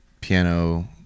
piano